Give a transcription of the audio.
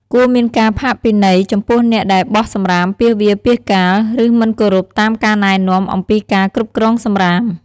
គួរមានការផាកពិន័យចំពោះអ្នកដែលបោះសំរាមពាសវាលពាសកាល ឬមិនគោរពតាមការណែនាំអំពីការគ្រប់គ្រងសំរាម។